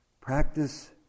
Practice